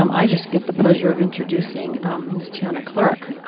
um i just get the pleasure of introducing miss tiana clark,